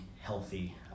healthy